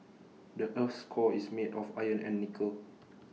the Earth's core is made of iron and nickel